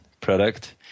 product